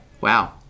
Wow